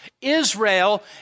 Israel